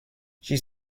she